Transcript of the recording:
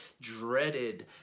dreaded